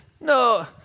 No